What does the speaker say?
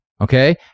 okay